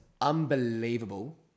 unbelievable